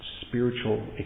spiritual